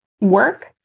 work